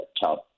child